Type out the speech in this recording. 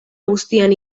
guztian